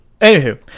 anywho